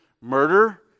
murder